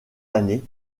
années